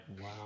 Wow